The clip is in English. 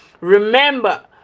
remember